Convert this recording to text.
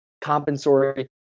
compensatory